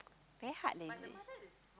very hard leh is it